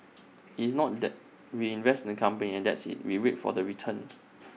IT is not that we invest in the company and that's IT we wait for the return